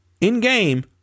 in-game